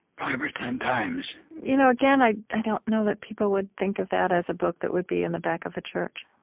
five or ten times you know, again, i don't know that people would think of that as a book that would be in the back of a church